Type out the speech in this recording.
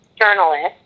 journalist